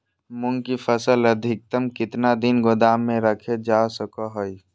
मूंग की फसल अधिकतम कितना दिन गोदाम में रखे जा सको हय?